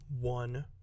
one